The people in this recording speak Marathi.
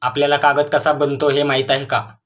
आपल्याला कागद कसा बनतो हे माहीत आहे का?